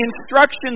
instructions